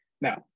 Now